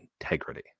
integrity